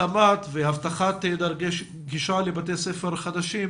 הקמת והבטחת דרכי גישה לבתי ספר חדשים,